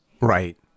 right